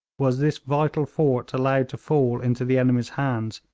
was this vital fort allowed to fall into the enemy's hands,